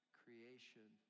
creation